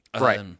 Right